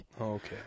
Okay